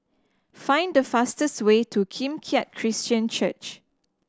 find the fastest way to Kim Keat Christian Church